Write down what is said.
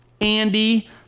Andy